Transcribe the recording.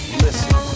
listen